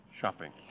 shopping